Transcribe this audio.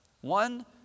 One